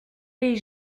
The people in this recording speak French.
les